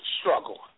struggle